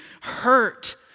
hurt